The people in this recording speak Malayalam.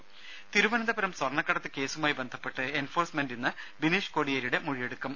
ദേര തിരുവനന്തപുരം സ്വർണക്കടത്ത് കേസുമായി ബന്ധപ്പെട്ട് എൻഫോഴ്സ്മെന്റ് ഇന്ന് ബിനീഷ് കൊടിയേരിയുടെ മൊഴിയെടുക്കും